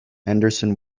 henderson